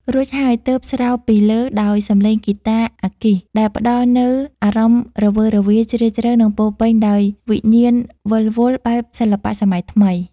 រួចហើយទើបស្រោបពីលើដោយសម្លេងហ្គីតាអគ្គិសនី ដែលផ្តល់នូវអារម្មណ៍រវើរវាយ ជ្រាលជ្រៅ និងពោរពេញដោយវិញ្ញាណវិលវល់បែបសិល្បៈសម័យថ្មី។